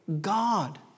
God